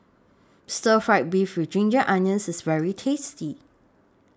Stir Fry Beef with Ginger Onions IS very tasty